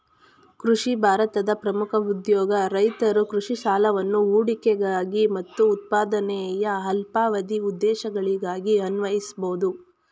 ಕೃಷಿ ಭಾರತದ ಪ್ರಮುಖ ಉದ್ಯೋಗ ರೈತರು ಕೃಷಿ ಸಾಲವನ್ನು ಹೂಡಿಕೆಗಾಗಿ ಮತ್ತು ಉತ್ಪಾದನೆಯ ಅಲ್ಪಾವಧಿ ಉದ್ದೇಶಗಳಿಗಾಗಿ ಅನ್ವಯಿಸ್ಬೋದು